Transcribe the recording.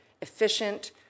efficient